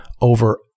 over